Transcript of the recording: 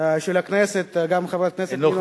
של הכנסת, חברת הכנסת נינו